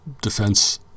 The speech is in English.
defense